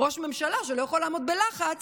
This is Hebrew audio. ראש ממשלה שלא יכול לעמוד בלחץ,